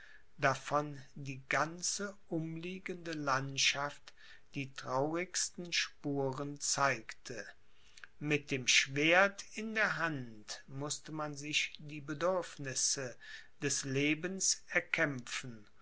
davon die ganze umliegende landschaft die traurigsten spuren zeigte mit dem schwert in der hand mußte man sich die bedürfnisse des lebens erkämpfen